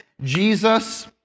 Jesus